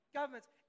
Governments